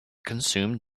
consume